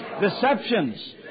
deceptions